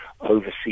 overseas